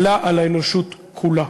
אלא באנושות כולה.